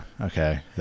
Okay